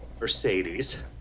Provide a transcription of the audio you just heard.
Mercedes